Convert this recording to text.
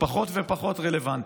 פחות ופחות רלוונטית.